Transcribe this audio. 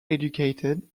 educated